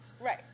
Right